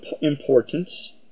importance